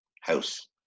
house